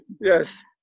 Yes